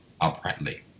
uprightly